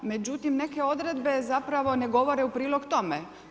Međutim, neke odredbe zapravo ne govore u prilog tome.